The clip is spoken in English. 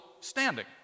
standing